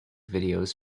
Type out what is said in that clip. videos